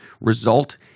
result